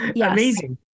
Amazing